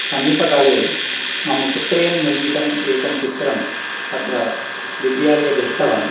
समीपकाले मम पुत्रेण निर्मितं एकं चित्रं तत्र विद्यालये दृष्टवान्